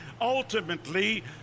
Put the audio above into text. ultimately